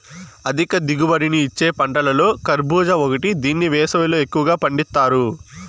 అధిక దిగుబడిని ఇచ్చే పంటలలో కర్భూజ ఒకటి దీన్ని వేసవిలో ఎక్కువగా పండిత్తారు